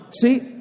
See